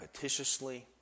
repetitiously